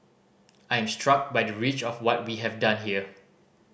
I am struck by the reach of what we have done here